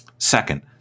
Second